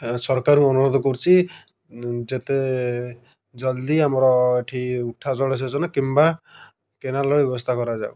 ଏ ସରକାରଙ୍କୁ ଅନୁରୋଧ କରୁଛି ଯେତେ ଜଲ୍ଦି ଆମର ଏଠି ଉଠା ଜଳସେଚନ କିମ୍ବା କେନାଲର ବ୍ୟବସ୍ଥା କରାଯାଉ